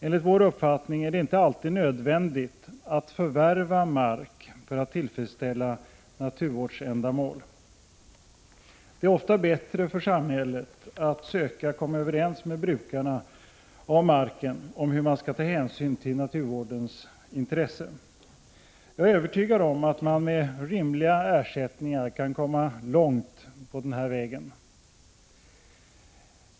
Enligt vår uppfattning är det inte alltid nödvändigt att förvärva mark för att tillfredsställa naturvårdsändamål. Det är ofta bättre för samhället att försöka komma överens med brukarna av marken om hur man skall ta hänsyn till naturvårdens intressen. Jag är övertygad om att man med rimliga ersättningar kan komma långt på den vägen.